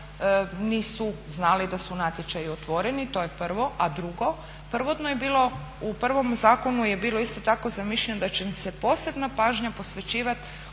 nisu znali da su natječaji otvoreni. To je prvo. A drugo, prvotno je bilo, u prvom zakonu je bilo isto tako zamišljeno da će im se posebna pažnja posvećivati